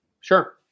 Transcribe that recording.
Sure